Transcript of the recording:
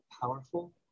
powerful